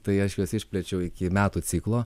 tai aš juos išplėčiau iki metų ciklo